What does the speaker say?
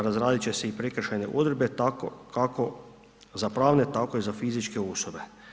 Razradit će se i prekršajne odredbe kako za pravne, tako i za fizičke osobe.